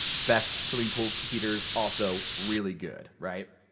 best swimming pool heaters, also really good, right?